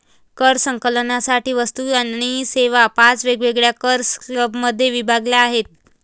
कर संकलनासाठी वस्तू आणि सेवा पाच वेगवेगळ्या कर स्लॅबमध्ये विभागल्या आहेत